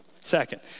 Second